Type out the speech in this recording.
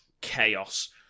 chaos